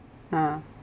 ha